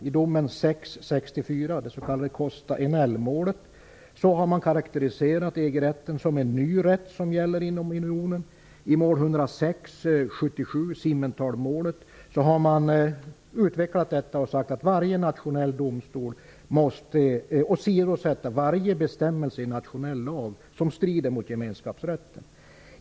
I domen 6 77, Simmenthalmålet, har man utvecklat detta och sagt att varje nationell domstol måste åsidosätta varje bestämmelse i nationell lag som strider mot gemenskapsrätten.